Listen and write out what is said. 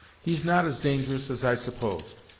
he's not as dangerous as i supposed.